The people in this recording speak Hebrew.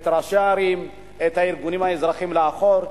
את ראשי הערים, את הארגונים האזרחיים, מאחור.